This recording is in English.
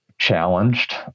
challenged